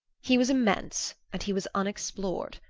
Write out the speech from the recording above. he was immense, and he was unexplored.